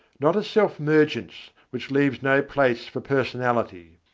not a self-mergence which leaves no place for personality.